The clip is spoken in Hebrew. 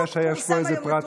פורסם היום בעיתונים.